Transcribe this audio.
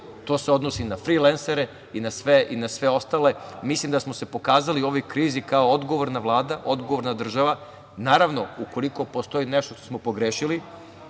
to se odnosi i na frilensere i na sve ostale. Mislim da smo se pokazali u ovoj krizi kao odgovorna Vlada, odgovorna država. Naravno, ukoliko postoji nešto što smo pogrešili,